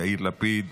יאיר לפיד,